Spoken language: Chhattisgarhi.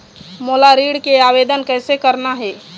मोला ऋण के आवेदन कैसे करना हे?